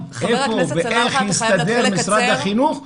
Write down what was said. איפה ואיך משרד החינוך יסתדר?